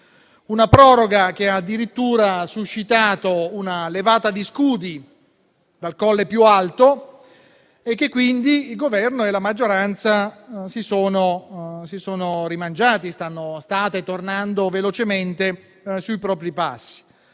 una proroga che addirittura ha suscitato una levata di scudi dal colle più alto e che quindi il Governo e la maggioranza si sono rimangiati, tant'è che stanno tornando velocemente sui propri passi.